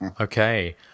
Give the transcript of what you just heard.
Okay